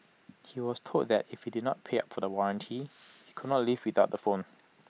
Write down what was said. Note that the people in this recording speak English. he was told that if he did not pay up for the warranty he could not leave without the phone